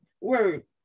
word